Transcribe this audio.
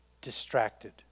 distracted